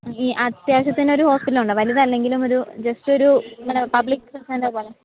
ഈ അത്യാവശ്യത്തിന് ഒരു ഹോസ്പിറ്റലുണ്ടോ വലുതല്ലെങ്കിലും ഒരു ജസ്റ്റ് ഒരു ഇങ്ങനെ പബ്ലിക് അങ്ങനത്തെ പോലെ